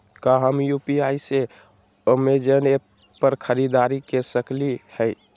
का हम यू.पी.आई से अमेजन ऐप पर खरीदारी के सकली हई?